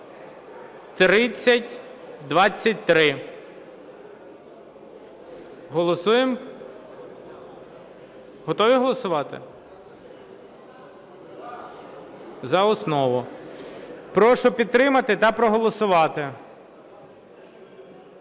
3023). Голосуємо? Готові голосувати? За основу. Прошу підтримати та проголосувати.